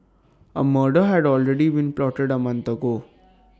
A murder had already been plotted A month ago